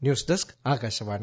news desk Akashvani